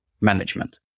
management